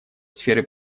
сферы